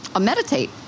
meditate